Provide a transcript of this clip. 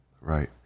Right